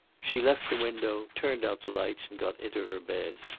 she left the window, turned out the lights and got into her bed.